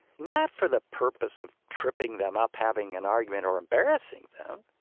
not for the purpose of tripping them up, having an argument or embarrassing them,